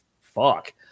fuck